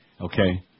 Okay